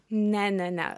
ne ne ne